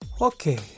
Okay